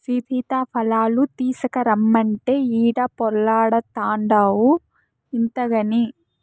సీతాఫలాలు తీసకరమ్మంటే ఈడ పొర్లాడతాన్డావు ఇంతగని